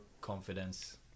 confidence